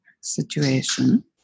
situation